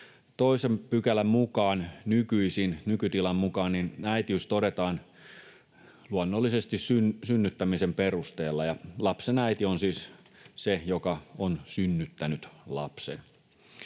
toisen pykälän mukaan nykytilan mukaan äitiys todetaan luonnollisesti synnyttämisen perusteella, ja lapsen äiti on siis se, joka on synnyttänyt lapsen.